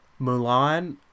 Mulan